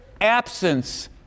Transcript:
absence